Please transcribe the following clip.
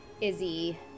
Izzy